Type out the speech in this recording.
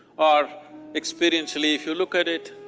or experientially, if you look at it,